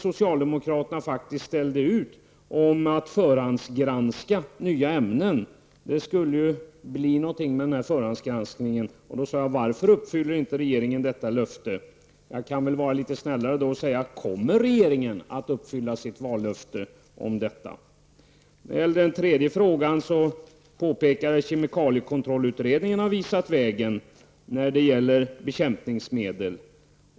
Socialdemokraterna ställde faktiskt ut ett vallöfte om att förhandsgranska nya ämnen, och då sade jag: Varför uppfyller inte regeringen detta löfte? Jag kan väl vara litet snällare och säga: Kommer regeringen att uppfylla sitt vallöfte om detta? I den tredje frågan har kemikaliekontrollutredningen visat vägen när det gäller bekämpningsmedel.